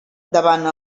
davant